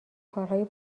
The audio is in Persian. کارهای